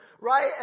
right